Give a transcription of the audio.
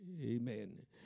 Amen